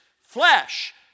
Flesh